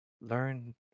learn